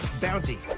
Bounty